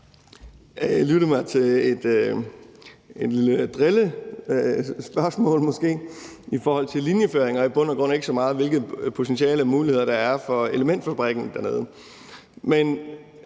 Jeg lyttede mig til et måske lille drillespørgsmål i forhold til linjeføringer og i bund og grund ikke så meget, i forhold til hvilke potentialer og muligheder der er for elementfabrikken dernede.